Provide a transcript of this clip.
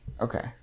Okay